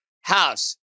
House